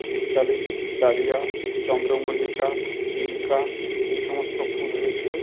শীতকালে ডালিয়া চন্দ্রমল্লিকা ইনকা এই সমস্ত ফুল হয়েছিল